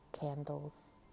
candles